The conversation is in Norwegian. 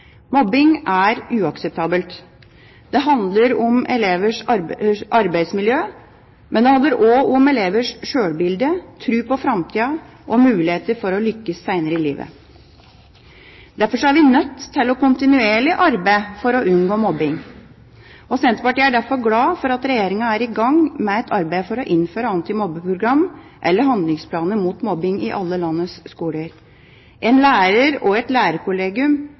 Mobbing er uakseptabelt. Det handler om elevers arbeidsmiljø, men det handler også om elevers sjølbilde, tro på framtida og muligheter for å lykkes seinere i livet. Derfor er vi nødt til å arbeide kontinuerlig for å unngå mobbing. Senterpartiet er derfor glad for at Regjeringa er i gang med et arbeid for å innføre antimobbeprogram eller handlingsplaner mot mobbing i alle landets skoler. En lærer og et lærerkollegium